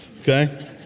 Okay